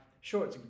sure